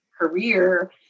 career